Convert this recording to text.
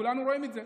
כולנו רואים את זה.